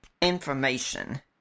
information